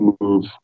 move